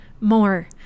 more